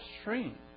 Stream